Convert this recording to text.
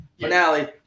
finale